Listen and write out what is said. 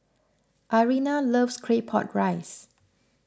Irena loves Claypot Rice